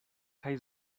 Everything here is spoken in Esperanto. kaj